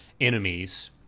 enemies